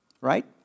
Right